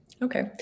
Okay